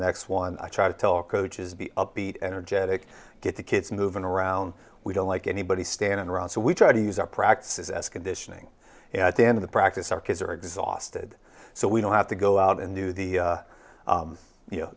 next one i try to tell coaches be upbeat energetic get the kids moving around we don't like anybody standing around so we try to use our practices as conditioning at the end of the practice our kids are exhausted so we don't have to go out and do the you know